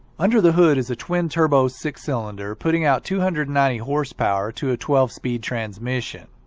under the hood is a twin-turbo six cylinder putting out two hundred and ninety horsepower to a twelve speed transmission.